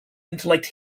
intellect